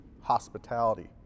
hospitality